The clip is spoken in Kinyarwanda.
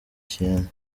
kintu